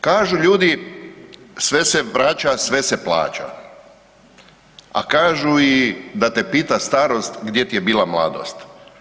Kažu ljudi sve se vraća, sve se plaća, a kažu i da te pita starost gdje ti je bila mladost.